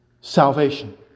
Salvation